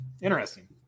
Interesting